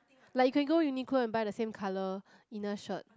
like you can go Uniqlo and buy the same colour inner shirt